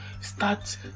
start